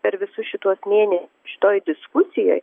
per visus šituos mėne šitoj diskusijoj